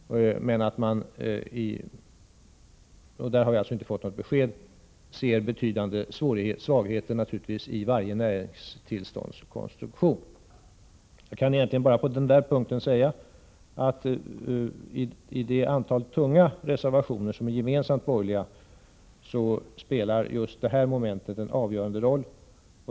Där har vi alltså inte fått något besked, men man ser naturligtvis betydande svagheter i varje näringstillståndskonstruktion. Jag kan på den punkten egentligen bara säga att i det antal tunga reservationer som är gemensamt borgerliga spelar just detta moment en avgörande roll.